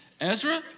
Ezra